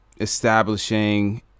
establishing